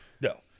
no